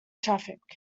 traffic